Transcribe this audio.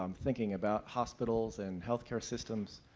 um thinking about hospitals and healthcare systems,